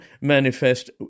manifest